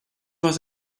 was